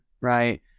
right